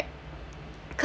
cause